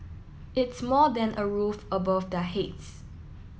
it's more than a roof above their heads